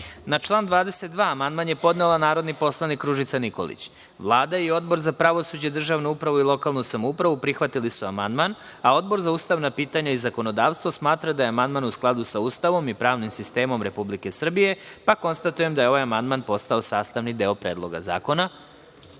član 22. amandman je podnela narodni poslanik Ružica Nikolić. Vlada i Odbor za pravosuđe, državnu upravu i lokalnu samoupravu prihvatili su amandman. Odbor za ustavna pitanja i zakonodavstvo smatra da je amandman u skladu sa Ustavom i pravnim sistemom Republike Srbije. Konstatujem da je ovaj amandman postao sastavni deo Predloga zakona. Na